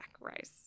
rice